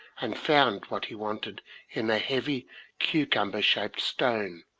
and found what he wanted in a heavy cucumber shaped stone,